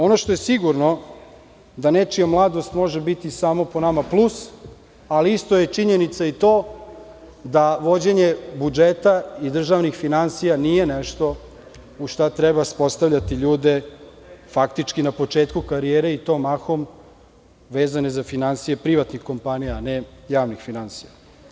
Ono što je sigurno, da nečija mladost može biti samo po nama plus, ali isto je i činjenica i to da vođenje budžeta i državnih finansija nije nešto u šta treba postavljati ljude, faktički na početku karijere, i to mahom vezane za finansije privatnih kompanija, a ne javnih finansija.